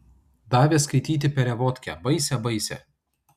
davė skaityti perevodkę baisią baisią